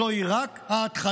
זוהי רק ההתחלה.